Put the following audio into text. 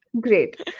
great